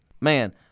man